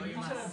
אבל אנחנו לא